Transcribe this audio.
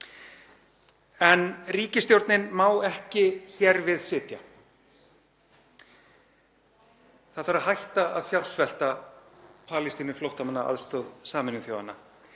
En ríkisstjórnin má ekki láta hér við sitja. Það þarf að hætta að fjársvelta Palestínuflóttamannaaðstoð Sameinuðu þjóðanna.